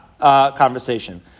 conversation